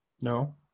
No